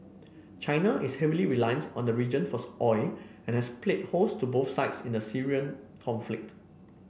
China is heavily reliant on the region for oil and has played host to both sides in the Syrian conflict